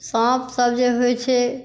साँप सब जे होइ छै